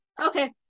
okay